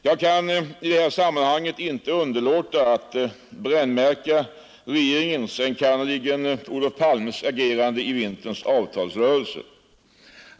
Jag kan i sammanhanget inte underlåta att brännmärka regeringens, enkannerligen Olof Palmes, agerande i vinterns avtalsrörelse.